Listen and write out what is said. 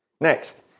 Next